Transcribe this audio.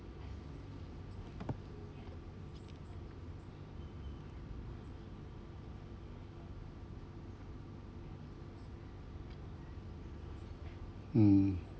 mm